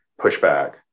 pushback